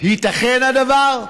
הייתכן הדבר?